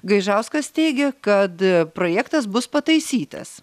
gaižauskas teigia kad projektas bus pataisytas